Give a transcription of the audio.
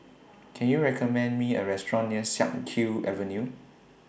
Can YOU recommend Me A Restaurant near Siak Kew Avenue